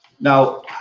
Now